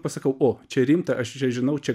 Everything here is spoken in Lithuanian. pasakau o čia rimta aš čia žinau čia